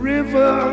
River